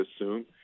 assume